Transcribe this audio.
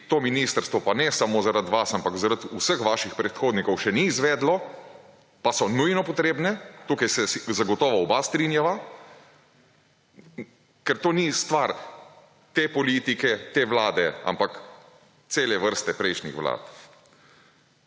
to ministrstvo - pa ne samo zaradi vas, ampak zaradi vseh vaših predhodnikov, – še ni izvedlo, pa so nujno potrebne, tu se zagotovo oba strinjava, ker to ni stvar te politike, te Vlade, ampak cele vrste prejšnjih vlad.